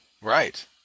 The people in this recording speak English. Right